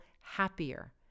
happier